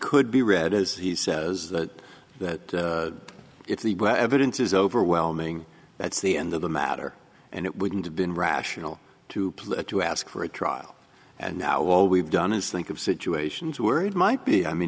could be read as he says that that if the evidence is overwhelming that's the end of the matter and it wouldn't have been rational to let you ask for a trial and now all we've done is think of situations word might be i mean